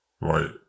Right